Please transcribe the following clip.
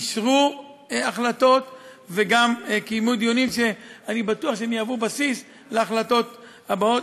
אישרו החלטות וגם קיימו דיונים שאני בטוח שהם יהיו בסיס להחלטות הבאות.